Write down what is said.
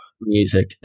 music